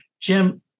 Jim